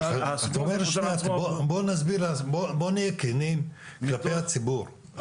בוא נהיה כנים כלפי הציבור,